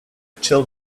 chill